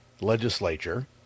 legislature